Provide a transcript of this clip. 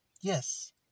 Yes